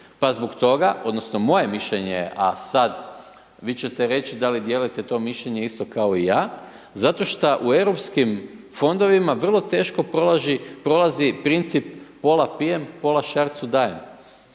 Pa zbog toga, odnosno moje mišljenje je, a sad, vi ćete reći da li dijelite to mišljenje isto kao i ja, zato što u EU fondovima vrlo teško prolazi princip pola pijem, pola šarcu dajem.